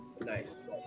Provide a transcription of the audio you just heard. Nice